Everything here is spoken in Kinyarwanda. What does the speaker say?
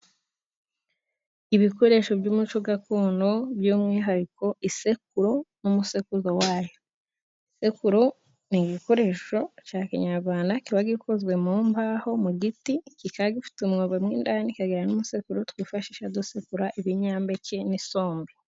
Ibikoresho by'umuco gakondo by'umwihariko isekuru n'umusekuzo wayo, isekuru ni igikoresho cya kinyarwanda kiba gikozwe mu mbaho, mu giti, kikaba gifite umwobo mw'indani, kikagira n'umusekuzo twifashisha dusekura ibinyampeke n'isombe.